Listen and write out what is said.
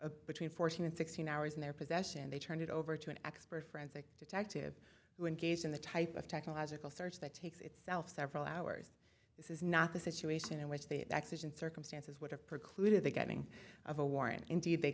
a between fourteen and sixteen hours in their possession and they turned it over to an expert forensic detective who engaged in the type of technological search that takes itself several hours this is not the situation in which the accident circumstances would have precluded the getting of a warrant indeed they